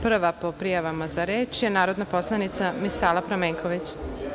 Prva po prijavama za reč je narodna poslanica Misala Pramenković.